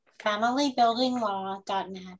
familybuildinglaw.net